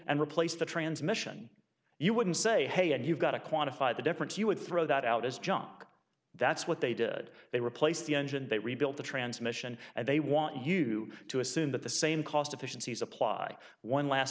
and replaced the transmission you wouldn't say hey and you've got to quantify the difference you would throw that out as john that's what they did they replaced the engine they rebuilt the transmission and they want you to assume that the same cost efficiencies apply one last